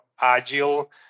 agile